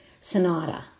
Sonata